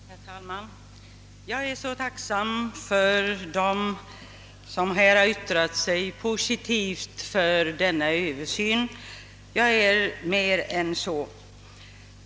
Herr talman! Jag är så tacksam för de positiva yttrandena om den här översynen som här har gjorts.